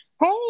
Hey